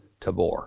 Tabor